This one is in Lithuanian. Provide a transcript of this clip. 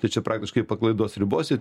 tai čia praktiškai paklaidos ribose